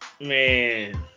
Man